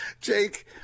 Jake